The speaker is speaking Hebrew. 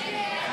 סעיף